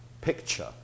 picture